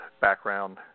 background